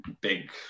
big